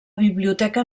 biblioteca